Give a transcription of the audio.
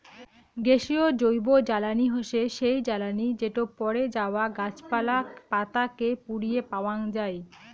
গ্যাসীয় জৈবজ্বালানী হসে সেই জ্বালানি যেটো পড়ে যাওয়া গাছপালা, পাতা কে পুড়িয়ে পাওয়াঙ যাই